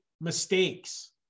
mistakes